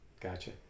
gotcha